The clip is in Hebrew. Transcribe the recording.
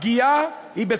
הפגיעה היא,